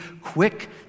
quick